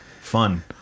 fun